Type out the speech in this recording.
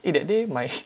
eh that day my